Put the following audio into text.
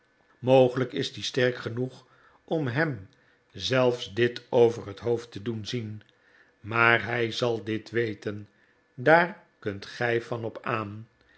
mogelijk is die sterk genoeg om hem zelfs dit over het hoofd te doen zien maar hij zal dit weten daar kunt gij van op aan